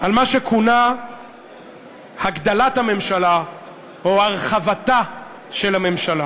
על מה שכונה הגדלת הממשלה או הרחבתה של הממשלה.